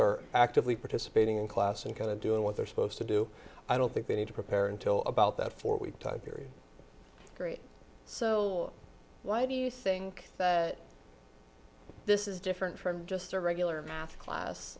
are actively participating in class and kind of doing what they're supposed to do i don't think they need to prepare until about that four week type period great so why do you think that this is different from just a regular math class